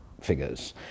figures